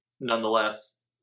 Nonetheless